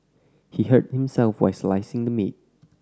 he hurt himself while slicing the meat